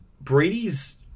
Brady's